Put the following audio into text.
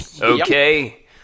Okay